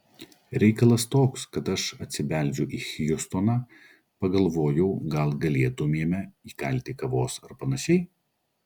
reikalas toks kad aš atsibeldžiu į hjustoną pagalvojau gal galėtumėme įkalti kavos ar panašiai